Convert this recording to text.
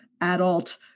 adult